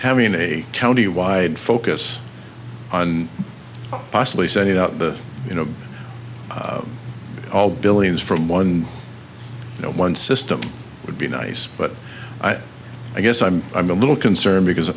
having a county wide focus on possibly sending out the you know all billings from one one system would be nice but i guess i'm i'm a little concerned because